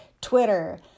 Twitter